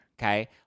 Okay